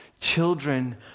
children